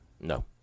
No